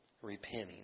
repenting